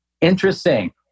Interesting